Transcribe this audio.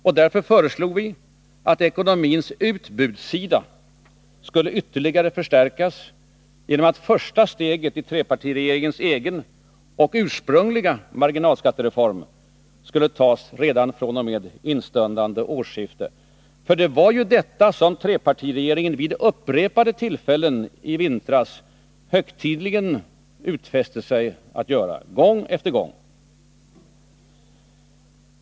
Vi föreslog därför att ekonomins utbudssida skulle ytterligare förstärkas genom att första steget i trepartiregeringens egen och ursprungliga marginalskattereform skulle tas redan fr.o.m. instundande årsskifte. Det var ju detta som trepartiregeringen vid upprepade tillfällen i vintras högtidligen gång efter gång utfäste sig att göra.